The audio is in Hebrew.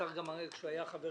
כאשר השר היה חבר